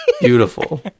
Beautiful